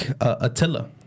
Attila